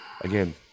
again